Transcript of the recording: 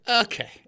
Okay